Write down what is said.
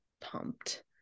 pumped